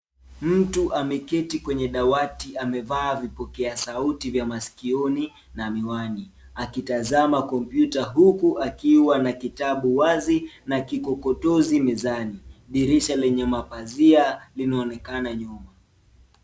Mtu ameketi kwenye dawati, amevaa vipokea sauti vya masikioni na miwani. Akitazama kompyuta, huku akiwa na kitabu wazi na kikokotozi mezani, dirisha lenye mapazia likionekana nyuma.